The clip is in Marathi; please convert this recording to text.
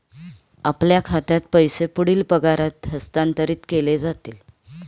आपल्या खात्यात पैसे पुढील पगारात हस्तांतरित केले जातील